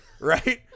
right